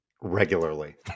regularly